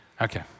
Okay